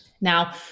Now